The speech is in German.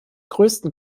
größten